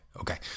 Okay